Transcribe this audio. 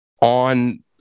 on